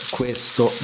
questo